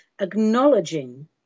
Acknowledging